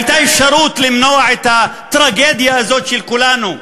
הייתה אפשרות למנוע את הטרגדיה הזאת של כולנו,